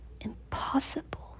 impossible